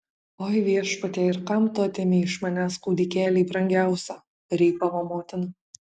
oi viešpatie ir kam tu atėmei iš manęs kūdikėlį brangiausią rypavo motina